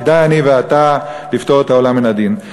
כדאי אני ואתה לפטור את העולם מן הדין.